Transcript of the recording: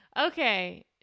Okay